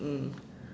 mm